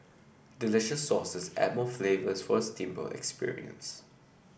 delicious sauces add more flavours for steamboat experience